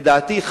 לדעתי,